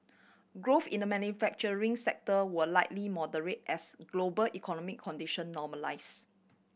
growth in the manufacturing sector will likely moderate as global economic condition normalise